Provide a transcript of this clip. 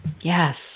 Yes